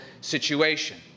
situation